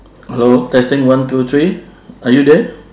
hello testing one two three are you there